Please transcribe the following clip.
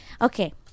Okay